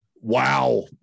Wow